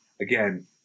Again